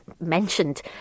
mentioned